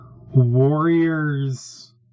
warrior's